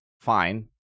fine